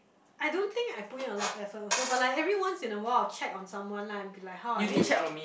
I don't think I put in a lot of effort also but like having once in a while check on someone lah like how are you